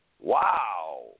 wow